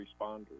responders